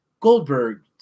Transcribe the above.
Goldberg